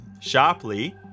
sharply